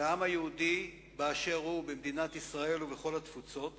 של העם היהודי באשר הוא במדינת ישראל ובכל התפוצות